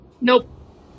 Nope